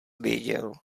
věděl